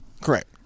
Correct